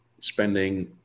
spending